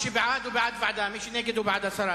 שהוא בעד, בעד ועדה, ומי שהוא נגד, בעד הסרה.